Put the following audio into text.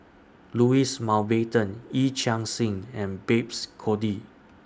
Louis Mountbatten Yee Chia Hsing and Babes Conde